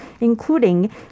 including